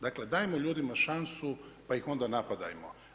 Dakle, dajmo ljudima šansu, pa ih onda napadajmo.